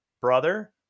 brother